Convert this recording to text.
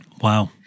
wow